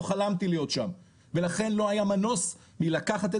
לא חלמתי להיות שם ולכן לא היה מנוס מלקחת את